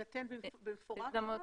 תינתן במפורש?